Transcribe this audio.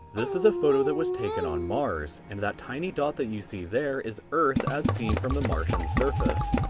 this is a photo that was taken on mars and that tiny dot that you see there is earth as seen from the martian surface.